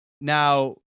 Now